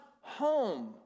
home